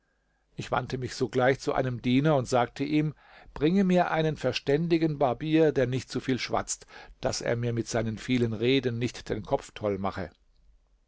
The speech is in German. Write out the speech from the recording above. ich wandte mich sogleich zu einem diener und sagte ihm bringe mir einen verständigen barbier der nicht zu viel schwatzt daß er mir mit seinen vielen reden nicht den kopf toll mache